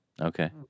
Okay